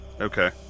Okay